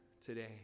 today